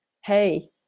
hey